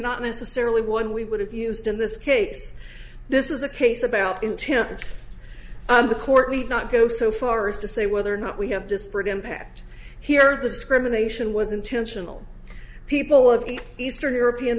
not necessarily one we would have used in this case this is a case about intent the court may not go so far as to say whether or not we have disparate impact here the discrimination was intentional people of the eastern european